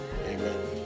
Amen